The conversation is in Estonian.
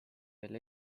kel